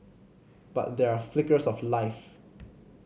but there are flickers of life